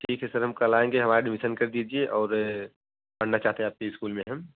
ठीक है सर हम कल आएँगे हमारा ट्यूशन कर दीजिए और पढ़ना चाहते हैं आपके स्कूल में हम